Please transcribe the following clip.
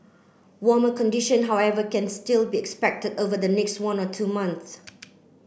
warmer condition however can still be expected over the next one or two months